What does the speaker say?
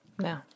no